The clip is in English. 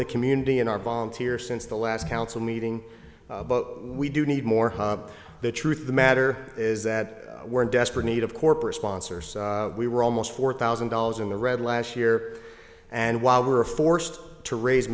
the community in our volunteer since the last council meeting we do need more the truth of the matter is that we're in desperate need of corporate sponsors we were almost four thousand dollars in the red last year and while we were forced to raise